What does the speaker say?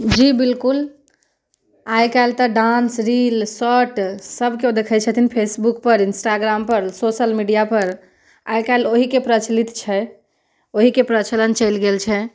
जी बिलकुल आइ काल्हि तऽ डान्स रील शॉर्ट्स सभ केओ देखै छथिन फेसबुकपर इन्स्टाग्रामपर सोशल मीडियापर आइ काल्हि ओहिके प्रचलित छै ओहिके प्रचलन चलि गेल छै